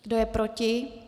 Kdo je proti?